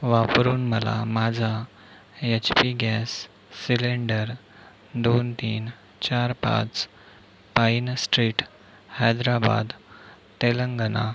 वापरून मला माझा येच पी गॅस सिलेंडर दोन तीन चार पाच पाईन स्ट्रीट हैदराबाद तेलंगणा